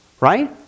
right